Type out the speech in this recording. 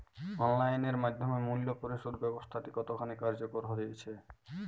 Online এর মাধ্যমে মূল্য পরিশোধ ব্যাবস্থাটি কতখানি কার্যকর হয়েচে?